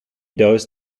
those